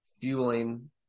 fueling